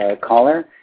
caller